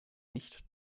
nicht